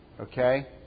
Okay